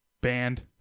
Banned